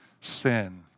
sin